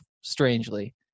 strangely